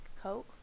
coat